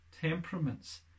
temperaments